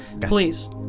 please